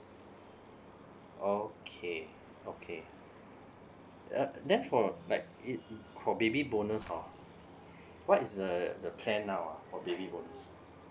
okay okay uh therefore like if for baby bonus oh what is the the plan now ah for baby bonus